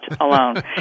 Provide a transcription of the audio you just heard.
alone